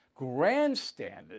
grandstanding